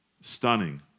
stunning